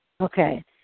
Okay